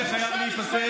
זה חייב להיפסק.